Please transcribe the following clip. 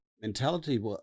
mentality